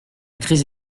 crise